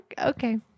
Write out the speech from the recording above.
okay